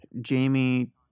Jamie